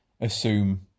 assume